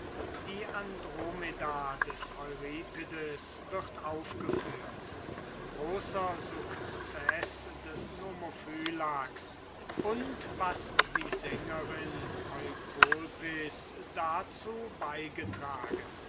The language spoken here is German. die andromede des euripides wird aufgeführt großer succeß des nomophylax und was die sängerin eukolpis dazu beigetragen